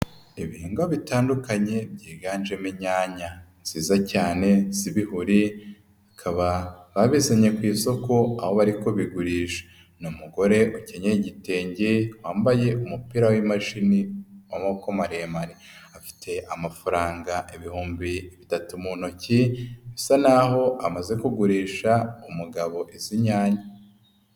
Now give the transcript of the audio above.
Ibihingwa bitandukanye byiganjemo inyanya, nziza cyane z'ibihuri, bakaba babizanye ku isoko aho bari kubigurisha, ni umugore ukenyeye igitenge, wambaye umupira w'imashini w'amoboko maremare, afite amafaranga ibihumbi bitatu mu ntoki, bisa naho amaze kugurisha umugabo izi nyanya.